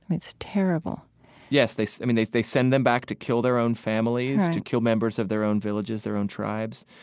it's terrible yes. so i mean, they they send them back to kill their own families to kill members of their own villages, their own tribes,